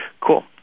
Cool